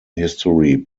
history